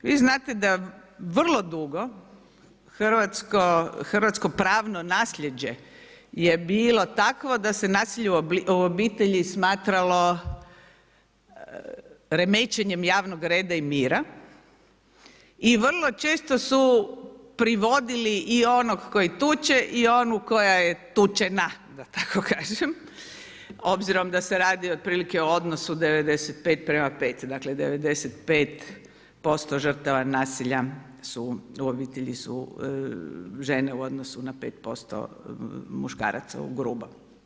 Vi znate da vrlo dugo hrvatsko pravno nasljeđe je bilo takvo da se nasilje u obitelji smatralo remećenjem javnog reda i mira i vrlo često su privodili i onog koji tuče i onu koja je tučena, da tako kažem, obzirom da se radi otprilike u odnosu 95:5, dakle 95% žrtava nasilja u obitelji su žene u odnosu na 5% muškaraca u grubo.